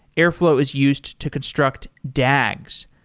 airflow is used to construct dags.